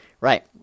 Right